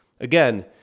Again